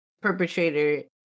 perpetrator